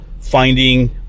finding